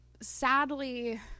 sadly